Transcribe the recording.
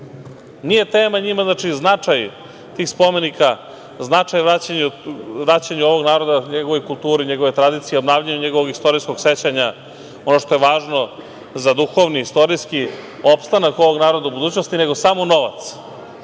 Nije tema njima značaj tih spomenika, značaj vraćanja ovog naroda njegovoj kulturi, njegovoj tradiciji, obnavljanju njegovog istorijskog sećanja, ono što je važno za duhovni, istorijski opstanak ovog naroda u budućnosti, nego samo novac,